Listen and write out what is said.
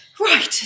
Right